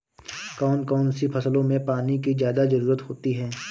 कौन कौन सी फसलों में पानी की ज्यादा ज़रुरत होती है?